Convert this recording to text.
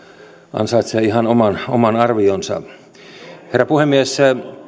ansaitsee ihan oman oman arvionsa herra puhemies